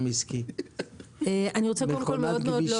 אני רוצה מאוד להודות